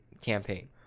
campaign